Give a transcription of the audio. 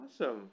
Awesome